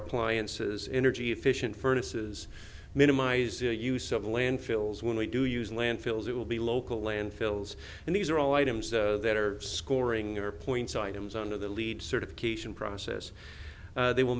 appliances energy efficient furnace is minimize the use of landfills when we do use landfills it will be local landfills and these are all items that are scoring points items on of the leed certification process they will